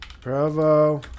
Bravo